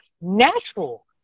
natural